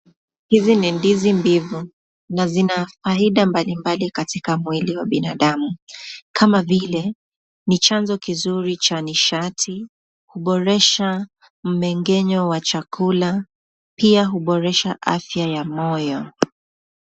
Hizi ni ndizi mbivu, na zinafaida mbalimbali katika mwili wa binadamu, Kama vile, ni chanzo kizuri cha nishati, huboresha mumeng'enyo wa chakula, pia huboresha afya ya moyo.